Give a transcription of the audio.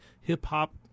hip-hop